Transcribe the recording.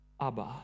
Abba